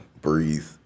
Breathe